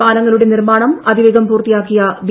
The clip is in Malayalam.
പാലങ്ങളുടെ നിർമ്മാണം അതിവേഗം പൂർത്തിയാക്കിയ ബി